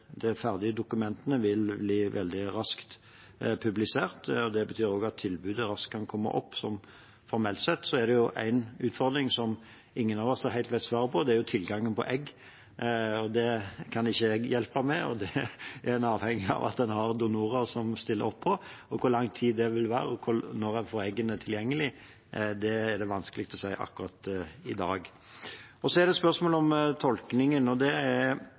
dokumentene vil bli veldig raskt publisert. Det betyr også at tilbudet raskt kan komme opp. Formelt sett er det én utfordring som ingen av oss helt vet svaret på, og det er tilgangen på egg. Det kan ikke jeg hjelpe med, der er en avhengig av at en har donorer som stiller opp. Hvor lang tid det vil ta før en får eggene tilgjengelig, er det vanskelig å si akkurat i dag. Så er det spørsmål om tolkningen. Det er klargjørende at Fremskrittspartiet mener noe annet nå, men det som er